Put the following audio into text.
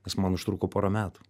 kas man užtruko porą metų